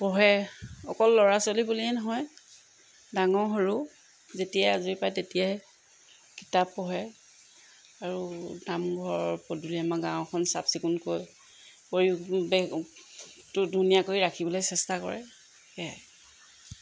পঢ়ে অকল ল'ৰা ছোৱালী বুলিয়েই নহয় ডাঙৰ সৰু যেতিয়াই আজৰি পাই তেতিয়াই কিতাপ পঢ়ে আৰু নামঘৰ পদূলি আমাৰ গাঁওখন চাফ চিকুণ কৰি কৰি বে তো ধুনীয়াকৈ ৰাখিবলৈ চেষ্টা কৰে সেয়াই